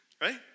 right